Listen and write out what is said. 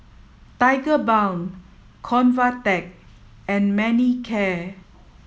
Tigerbalm Convatec and Manicare